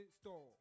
Store